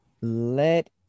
Let